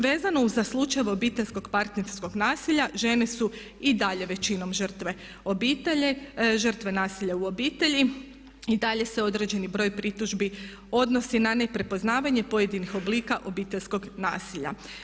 Vezano za slučajeve obiteljskog partnerskog nasilja žene su i dalje većinom žrtve nasilja u obitelji i dalje se određeni broj pritužbi odnosi na neprepoznavanje pojedinih oblika obiteljskog nasilja.